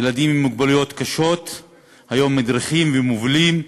ילדים עם מוגבלויות קשות היום מדריכים ומובילים,